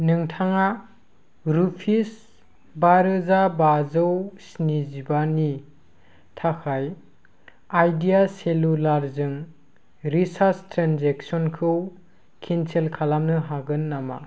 नोंथाङा रुपिस बारोजा बाजौ स्निजिबानि थाखाय आइडिया सेलुलार जों रिचार्ज ट्रेन्जेक्सनखौ केनसेल खालामनो हागोन नामा